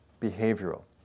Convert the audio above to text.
behavioral